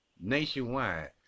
nationwide